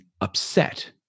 upset